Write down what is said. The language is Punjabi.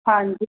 ਹਾਂਜੀ